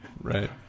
Right